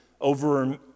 over